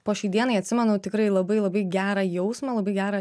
po šiai dienai atsimenu tikrai labai labai gerą jausmą labai gerą